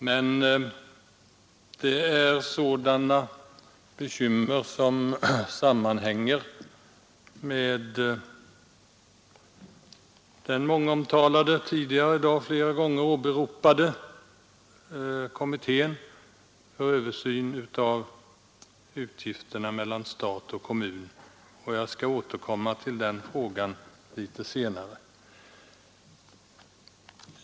Men det är sådana bekymmer som sammanhänger med den mångomtalade och tidigare i dag flera gånger åberopade kommittén för översyn av utgifterna mellan stat och kommun. Jag skall återkomma till den frågan litet senare.